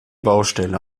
baustelle